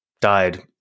died